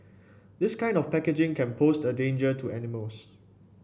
this kind of packaging can pose a danger to animals